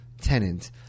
tenant